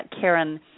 Karen